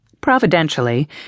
Providentially